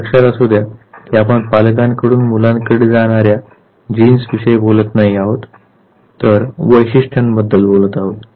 हे लक्षात असुद्या की आपण पालकांकडून मुलांकडे जाणाऱ्या जीन्स विषयी बोलत नाही आहोत तर आपण वैशिष्ट्याबद्दल बोलत आहोत